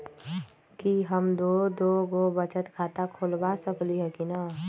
कि हम दो दो गो बचत खाता खोलबा सकली ह की न?